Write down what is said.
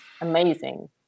amazing